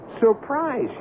surprise